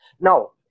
now